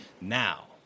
Now